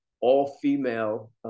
all-female